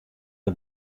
der